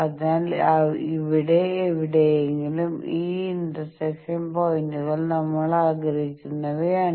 അതിനാൽ ഇവിടെ എവിടെയെങ്കിലും ഈ ഇന്റർസെക്ഷൻ പോയിന്റുകൾ നമ്മൾ ആഗ്രഹിക്കുന്നവയാണ്